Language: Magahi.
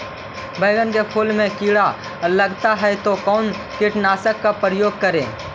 बैगन के फुल मे कीड़ा लगल है तो कौन कीटनाशक के प्रयोग करि?